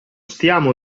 stiamo